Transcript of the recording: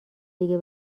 دیگه